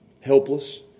helpless